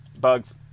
bugs